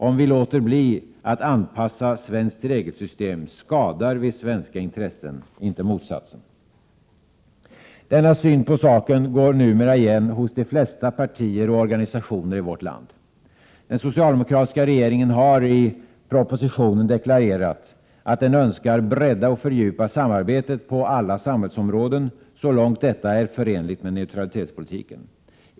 Om vi låter bli att anpassa svenskt regelsystem skadar vi svenska intressen — inte motsatsen. Denna syn på saken går numera igen hos de flesta partier och organisationer i vårt land. Den socialdemokratiska regeringen har i propositionen deklarerat att den önskar bredda och fördjupa samarbetet på alla samhällsområden, så långt detta är förenligt med neutralitetspolitiken.